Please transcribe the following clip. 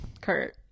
Kurt